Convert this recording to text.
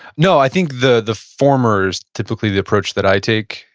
no, i think the the former's typically the approach that i take,